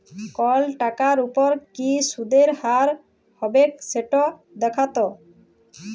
call টাকার উপর কি সুদের হার হবেক সেট দ্যাখাত